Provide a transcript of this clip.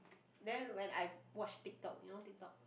then when I watch TikTok you know TikTok